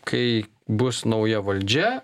kai bus nauja valdžia